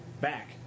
back